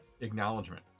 acknowledgement